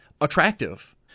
attractive